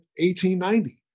1890